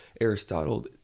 Aristotle